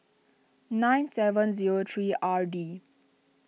nine seven zero three R D